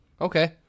okay